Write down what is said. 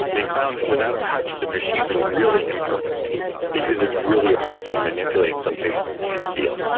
they found that without touch the machines were really imperfect because it's really hard to manipulate something you can't feel.